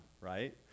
right